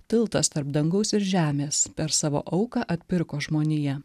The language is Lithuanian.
tiltas tarp dangaus ir žemės per savo auką atpirko žmoniją